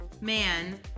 man